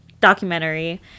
Documentary